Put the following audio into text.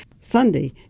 Sunday